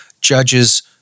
judges